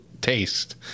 taste